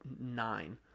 nine